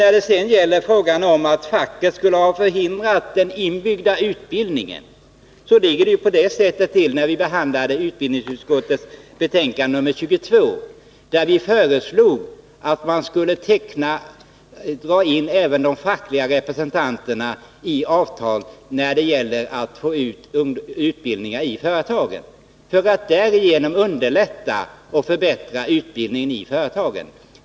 När det sedan gäller frågan om att facket skulle ha förhindrat den inbyggda utbildningen ligger det till på det sättet att vi när vi behandlade utbildningsutskottets betänkande nr 22 föreslog, att man skulle ta med även de fackliga representanterna i avtal om utbildningar i företagen för att därigenom underlätta och förbättra utbildningen i företagen.